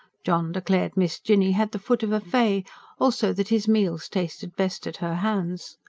john declared miss jinny had the foot of a fay also that his meals tasted best at her hands.